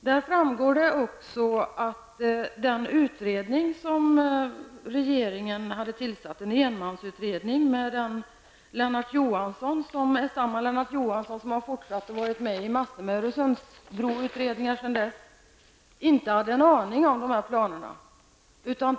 Där framgår att den enmansutredning som regeringen hade tillsatt -- utredningsmannen är samme Lennart Johansson som har varit med i många Öresundsbroutredningar sedan dess -- inte hade en aning om dessa planer.